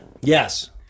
Yes